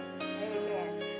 Amen